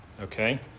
okay